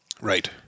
Right